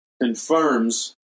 confirms